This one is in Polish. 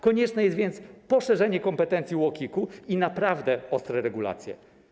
Konieczne jest więc poszerzenie kompetencji UOKiK-u i naprawdę ostre regulacje.